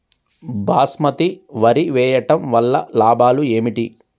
బాస్మతి వరి వేయటం వల్ల లాభాలు ఏమిటి?